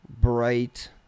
bright